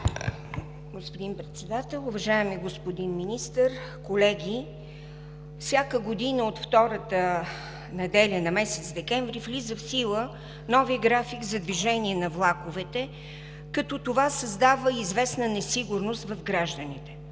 господин Председател. Уважаеми господин Министър, колеги! Всяка година от втората неделя на месец декември влиза в сила новият график за движение на влаковете, което създава известна несигурност в гражданите.